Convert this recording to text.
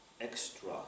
extra